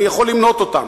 אני יכול למנות אותן,